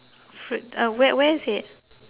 fruit uh where where is it